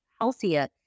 healthier